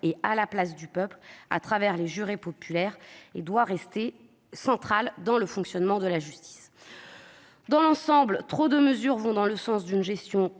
et à la place du peuple à travers les jurés populaires ; la cour d'assises doit rester centrale dans le fonctionnement de la justice. Dans l'ensemble, trop de mesures vont dans le sens d'une gestion